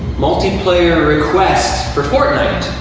multiplayer request for fortnite.